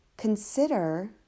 Consider